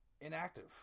inactive